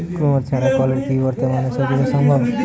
কুয়োর ছাড়া কলের কি বর্তমানে শ্বজিচাষ সম্ভব?